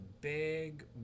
big